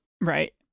Right